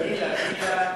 גילה, גילה,